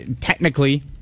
technically